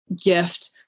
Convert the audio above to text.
gift